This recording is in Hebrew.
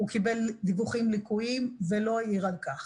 הוא קיבל דיווחים לקויים ולא העיר על כך.